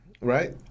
right